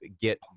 get